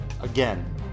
Again